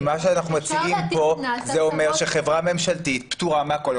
כי מה שאנחנו מציעים פה אומר שחברה ממשלתית פטורה מהכול.